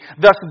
thus